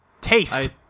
taste